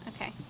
Okay